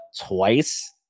twice